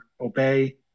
obey